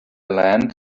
land